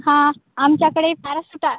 हां आमच्याकडे पॅराशुटा